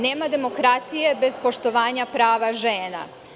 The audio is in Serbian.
Nema demokratije bez poštovanja prava žena.